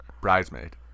bridesmaid